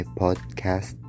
podcast